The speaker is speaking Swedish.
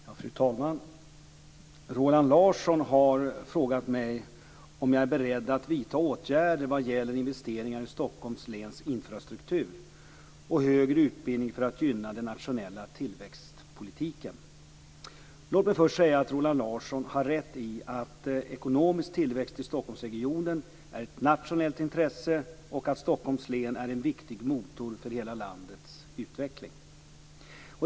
Fru talman! Roland Larsson har frågat mig om jag är beredd att vidta åtgärder vad gäller investeringar i Stockholms läns infrastruktur och högre utbildning för att gynna den nationella tillväxtpolitiken. Låt mig först säga att Roland Larsson har rätt i att ekonomisk tillväxt i Stockholmsregionen är ett nationellt intresse och att Stockholms län är en viktig motor för hela landets utveckling.